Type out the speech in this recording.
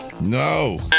No